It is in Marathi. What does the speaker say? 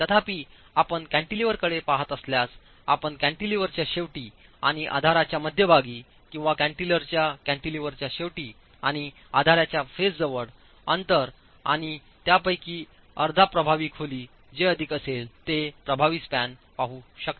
तथापि आपण कॅन्टिलिव्हरकडे पहात असल्यास आपण कॅन्टिलिव्हरच्या शेवटी आणि आधाराच्या मध्यभागी किंवा कॅन्टिलिव्हरच्या शेवटी आणि आधाराच्या फेसजवळील अंतर आणि त्यापैकी अर्धा प्रभावी खोली जे अधिक असेल ते प्रभावी स्पॅन पाहू शकता